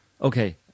okay